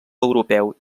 europeu